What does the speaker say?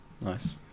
nice